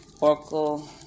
Oracle